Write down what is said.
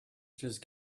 just